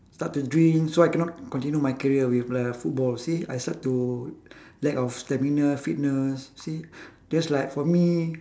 start to drink so I cannot continue my career with like uh football see I start to lag of stamina fitness see just like for me